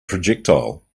projectile